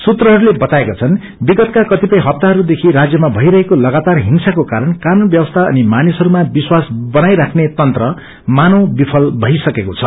सूत्रहरूले बताएका छन् विगतका क्रतिपय इप्ताहदेखि राज्यमा भइरहेको सगातार हिंससाको कारण कानून व्यवस्था अनि मानिसहरूमा विश्वास बनाइ राख्ने तन्त्र मानौ विफल भइसकेको छ